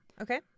Okay